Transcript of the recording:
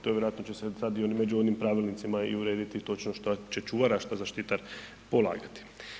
To vjerojatno će se oni sad i među onim pravilnicima i urediti točno šta će čuvar, a šta zaštitar polagati.